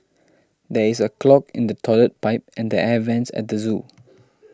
there is a clog in the Toilet Pipe and the Air Vents at the zoo